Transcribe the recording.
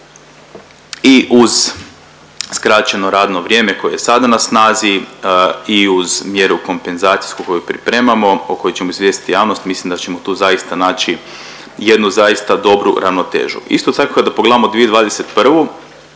i uz skraćeno radno vrijeme koje je sada na snazi i uz mjeru kompenzacijsku koju pripremamo, o kojoj ćemo izvijestiti javnost, mislim da ćemo tu zaista naći jednu zaista dobru ravnotežu. Isto tako, kada pogledamo 2021.,